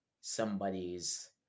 somebody's